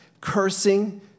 cursing